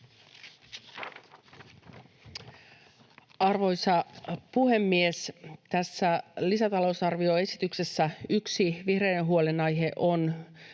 Arvoisa puhemies! Tässä lisätalousarvioesityksessä yksi vihreiden huolenaihe on